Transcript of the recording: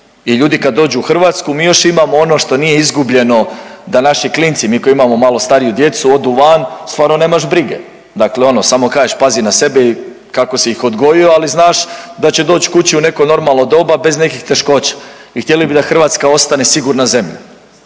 I ljudi kad dođu u Hrvatsku mi još imamo ono što nije izgubljeno da naši klinci, mi koji imamo malo stariju djecu odu van, stvarno nemaš brige. Dakle, ono samo kažeš pazi na sebe i kako si ih odgojio, ali znaš da će doći kući u neko normalno doba bez nekih teškoća. I htjeli bi da Hrvatska ostane sigurna zemlja.